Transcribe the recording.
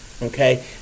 okay